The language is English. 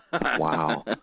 Wow